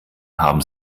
haben